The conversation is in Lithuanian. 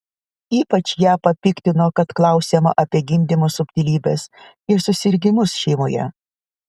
ypač ją papiktino kad klausiama apie gimdymo subtilybes ir susirgimus šeimoje